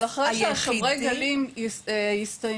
אבל אחרי ששוברי הגלים הסתיימו,